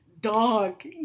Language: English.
dog